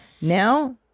Now